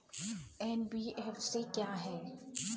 NBFC क्या है?